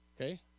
Okay